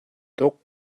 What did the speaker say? tuk